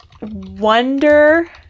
wonder